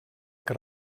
que